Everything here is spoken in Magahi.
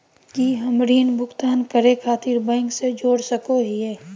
की हम ऋण भुगतान करे खातिर बैंक से जोड़ सको हियै?